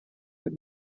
but